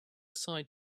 side